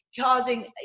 causing